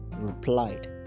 replied